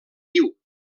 viu